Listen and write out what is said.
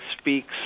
speaks